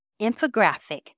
infographic